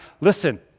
listen